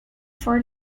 for